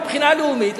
מבחינה לאומית,